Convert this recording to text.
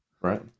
Right